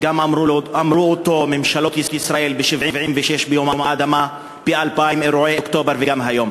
ואנחנו ממשיכים ועומדים במדיניותנו.